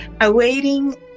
awaiting